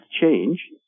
change